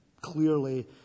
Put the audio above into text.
clearly